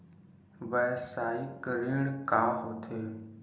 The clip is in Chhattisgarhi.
व्यवसायिक ऋण का होथे?